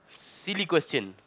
silly question